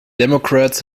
democrats